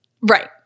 Right